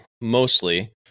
mostly